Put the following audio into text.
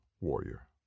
warrior